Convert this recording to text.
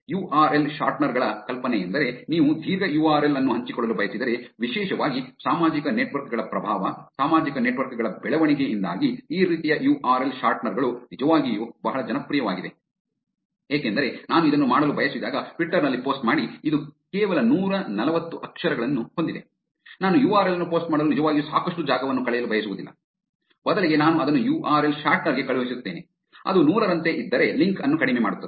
you R L shortener ಗಳ ಕಲ್ಪನೆಯೆಂದರೆ ನೀವು ದೀರ್ಘ ಯು ಆರ್ ಎಲ್ ಅನ್ನು ಹಂಚಿಕೊಳ್ಳಲು ಬಯಸಿದರೆ ವಿಶೇಷವಾಗಿ ಸಾಮಾಜಿಕ ನೆಟ್ವರ್ಕ್ಗಳ ಪ್ರಭಾವ ಸಾಮಾಜಿಕ ನೆಟ್ವರ್ಕ್ಗಳ ಬೆಳವಣಿಗೆಯಿಂದಾಗಿ ಈ ರೀತಿಯ ಯು ಆರ್ ಎಲ್ ಶಾರ್ಟ್ನರ್ ಗಳು ನಿಜವಾಗಿಯೂ ಬಹಳ ಜನಪ್ರಿಯವಾಗಿವೆ ಏಕೆಂದರೆ ನಾನು ಇದನ್ನು ಮಾಡಲು ಬಯಸಿದಾಗ ಟ್ವಿಟರ್ ನಲ್ಲಿ ಪೋಸ್ಟ್ ಮಾಡಿ ಇದು ಕೇವಲ ನೂರ ನಲವತ್ತು ಅಕ್ಷರಗಳನ್ನು ಹೊಂದಿದೆ ನಾನು ಯು ಆರ್ ಎಲ್ ಅನ್ನು ಪೋಸ್ಟ್ ಮಾಡಲು ನಿಜವಾಗಿಯೂ ಸಾಕಷ್ಟು ಜಾಗವನ್ನು ಕಳೆಯಲು ಬಯಸುವುದಿಲ್ಲ ಬದಲಿಗೆ ನಾನು ಅದನ್ನು ಯು ಆರ್ ಎಲ್ ಶಾರ್ಟ್ನರ್ ಗೆ ಕಳುಹಿಸುತ್ತೇನೆ ಅದು ನೂರರಂತೆ ಇದ್ದರೆ ಲಿಂಕ್ ಅನ್ನು ಕಡಿಮೆ ಮಾಡುತ್ತದೆ